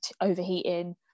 overheating